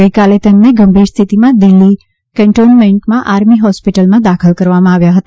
ગઈકાલે તેમને ગંભીર સ્થિતિમાં દિલ્ફી કેન્ટોનમેન્ટમાં આર્મી હોસ્પિટલમાં દાખલ કરવામાં આવ્યા હતા